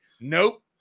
Nope